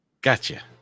Gotcha